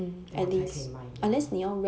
then 我才可以卖 ya